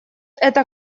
эта